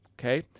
okay